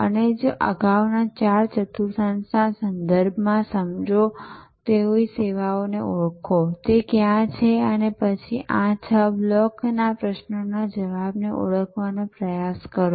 અને અગાઉના ચાર ચતુર્થાંશના સંદર્ભમાં સમજો તેવી સેવાને ઓળખો તે ક્યાં છે અને પછી આ છ બ્લોકના પ્રશ્નોના જવાબને ઓળખવાનો પ્રયાસ કરો